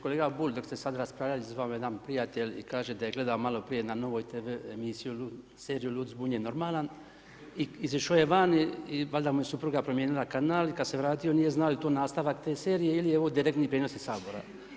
Kolega Bulj dok ste sada raspravljali zvao me jedan prijatelj i kaže da je gledao malo prije na Novoj TV emisiju, seriju „Lud, zbunjen, normalan“ i izašao je van i valjda mu je supruga promijenila kanal i kada se vratio nije znao jel' to nastavak te serije ili je ovo direktni prijenos iz Sabora.